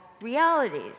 realities